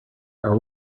are